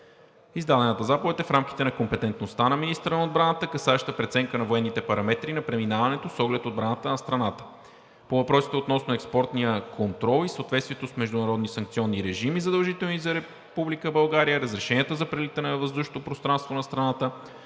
Издадената заповед е в рамките на компетентността на министъра на отбраната, касаеща преценка на военните параметри на преминаването с оглед отбраната на страната. По въпросите относно експортния контрол и съответствието с международни санкционни режими, задължителни за Република България, разрешенията за прелитане на въздушното пространство на страната